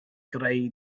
greu